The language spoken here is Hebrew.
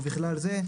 ובכלל זה,